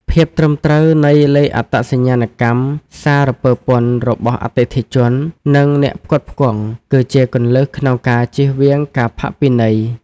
ភាពត្រឹមត្រូវនៃលេខអត្តសញ្ញាណកម្មសារពើពន្ធរបស់អតិថិជន និងអ្នកផ្គត់ផ្គង់ គឺជាគន្លឹះក្នុងការជៀសវាងការផាកពិន័យ។